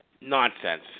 nonsense